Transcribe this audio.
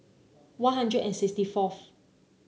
One Hundred and sixty fourth